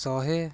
ଶହେ